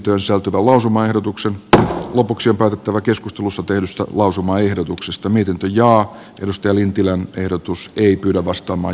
valtiovarainministeriön on seurattava valtionosuuslakiin tällä vaalikaudella tehtyjen muutosten tosiasiallisia vaikutuksia eri kuntien asemaan ja kuntalaisten palveluiden saatavuuteen